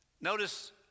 Notice